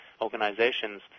organizations